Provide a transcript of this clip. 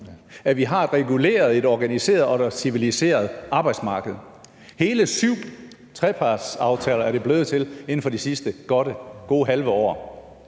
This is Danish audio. vi har et reguleret, et organiseret og et civiliseret arbejdsmarked. Hele syv trepartsaftaler er det blevet til inden for det sidste godt halve år.